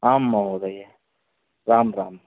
आम् महोदये राम् राम्